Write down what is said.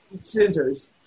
scissors